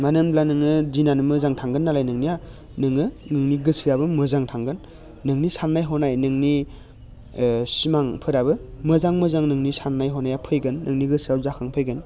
मानो होनब्ला नोङो दिनानो मोजां थांगोन नालाय नोंनिया नोङो नोंनि गोसोआबो मोजां थांगोन नोंनि साननाय हनाय नोंनि सिमांफोराबो मोजां मोजां नोंनि साननाय हनाया फैगोन नोंनि गोसोआव जाखांफैगोन